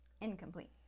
incomplete